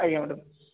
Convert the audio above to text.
ଆଜ୍ଞା ମ୍ୟାଡ଼ାମ୍